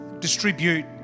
distribute